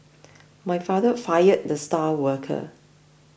my father fired the star worker